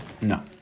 No